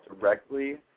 directly